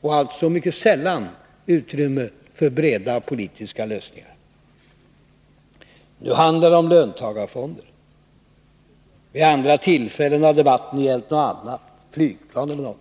och alltså mycket sällan utrymme för breda politiska lösningar. Nu handlar det om löntagarfonder. Vid andra tillfällen har debatten gällt något annat, exempelvis flygplan.